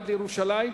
עד ירושלים.